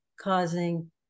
causing